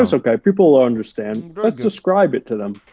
um okay, people will understand. let's describe it to them.